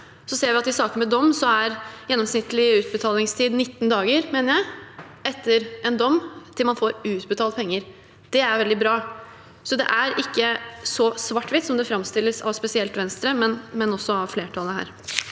i saker med dom er gjennomsnittlig utbetalingstid – mener jeg å huske – 19 dager etter dom til man får utbetalt penger. Det er veldig bra. Det er ikke så svart–hvitt som det framstilles, spesielt av Venstre, men også av flertallet her.